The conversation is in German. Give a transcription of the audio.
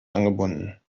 angebunden